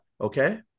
Okay